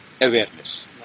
awareness